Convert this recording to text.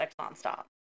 nonstop